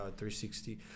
360